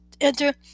enter